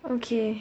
okay